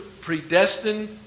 Predestined